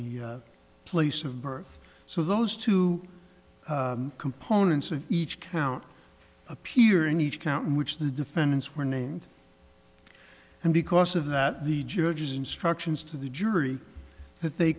the place of birth so those two components of each count appear in each count in which the defendants were named and because of that the judge's instructions to the jury that they